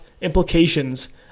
implications